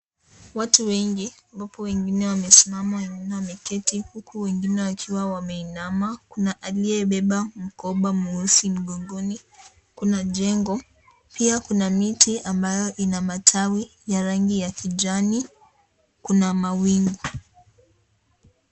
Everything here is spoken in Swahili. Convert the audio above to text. Watu wengi ambapo wengine wamesimama, wengine wameketi huku wengine wakiwa wameinama. Kuna aliyebeba mkoba mweusi mgongoni. Kuna jengo, pia kuna miti ambayo ina matawi ya rangi ya kijani, kuna mawingu.